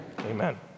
Amen